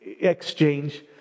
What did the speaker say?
exchange